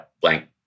blank